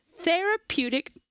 therapeutic